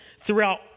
throughout